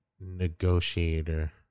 negotiator